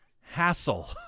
hassle